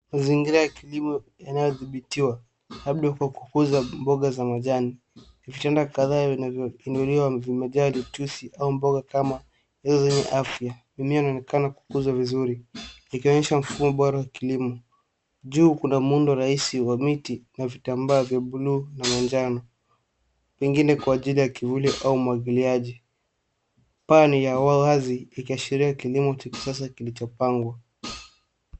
Mazingira ya kilimo yanayothibitiwa, labda kwa kukuza boga za majani. Vitanda kadhaa inayoinuliwa juu imejaa mitusi au boga kama izo zenye afya, mimea inaonekana kukuzwa vizuri ikionyesha mfumo bora wa kilimo. Juu kuna muundo rahisi wa miti wenye vitambaa vya bluU na majano, pengine kwa ajili ya kivuli au umwagiliaji, paa ni ya wazi likiashiria kilimo cha kisasa kilichopangwa.